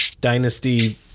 Dynasty